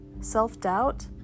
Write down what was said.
self-doubt